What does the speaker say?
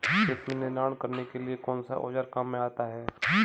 खेत में निनाण करने के लिए कौनसा औज़ार काम में आता है?